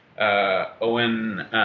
Owen